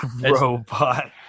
Robot